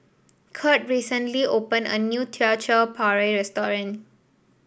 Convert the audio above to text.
Curt recently opened a new Teochew Porridge restaurant